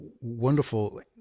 wonderful